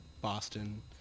Boston